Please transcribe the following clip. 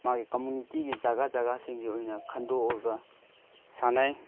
ꯃꯥꯒꯤ ꯀꯝꯃꯨꯅꯤꯇꯤ ꯖꯒꯥ ꯖꯒꯥꯁꯤꯡꯒꯤ ꯑꯣꯏꯅ ꯈꯟꯗꯣꯛꯑꯒ ꯁꯥꯟꯅꯩ